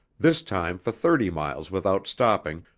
this time for thirty miles without stopping,